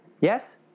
Yes